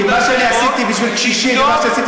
כי מה שאני עשיתי בשביל קשישים ומה שאני עשיתי